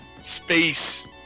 space